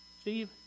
Steve